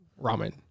ramen